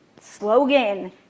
slogan